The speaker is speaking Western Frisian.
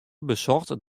besocht